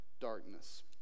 darkness